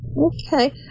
Okay